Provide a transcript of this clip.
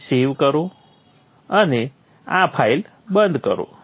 તેને સેવ કરો અને આ ફાઈલ બંધ કરો